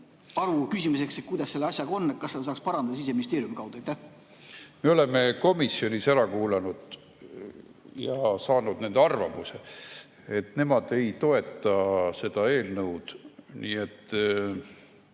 arupärimiseks, kuidas selle asjaga on ja kas seda saaks parandada Siseministeeriumi kaudu? Me oleme komisjonis ära kuulanud ja saanud nende arvamuse. Nemad ei toeta seda eelnõu ja